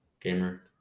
gamer